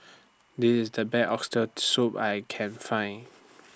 This IS The Best Oxtail Soup I Can Find